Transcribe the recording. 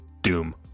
Doom